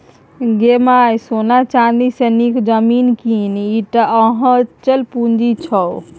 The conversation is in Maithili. गै माय सोना चानी सँ नीक जमीन कीन यैह टा अचल पूंजी छौ